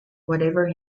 whatever